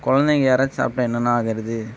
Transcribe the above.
குழந்தைங்க யாராச்சும் சாப்டா என்னண்ணா ஆகிறது